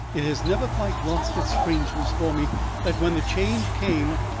it has never quite lost its strangeness for me that when the change came,